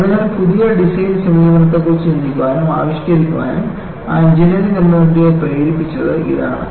അതിനാൽ പുതിയ ഡിസൈൻ സമീപനങ്ങളെക്കുറിച്ച് ചിന്തിക്കാനും ആവിഷ്കരിക്കാനും ആ എഞ്ചിനീയറിംഗ് കമ്മ്യൂണിറ്റിയെ പ്രേരിപ്പിച്ചത് ഇതാണ്